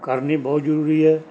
ਕਰਨੀ ਬਹੁਤ ਜ਼ਰੂਰੀ ਹੈ